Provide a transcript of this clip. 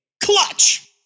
Clutch